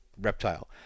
reptile